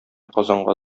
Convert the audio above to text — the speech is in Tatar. казанга